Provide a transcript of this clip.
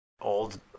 old